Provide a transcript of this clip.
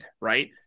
right